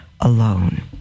alone